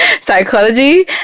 psychology